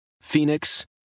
Phoenix